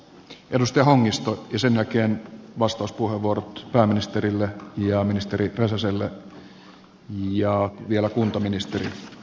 edustaja hongisto ja sen jälkeen vastauspuheenvuorot pääministerille ja ministeri räsäselle ja vielä kuntaministeri virkkuselle